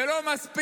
זה לא מספיק